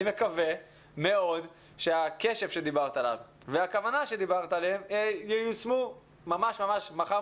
אני מקווה מאוד שהקשב שדיברת עליו והכוונה שדיברת עליה ייושמו ממש מחר,